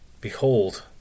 behold